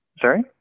Sorry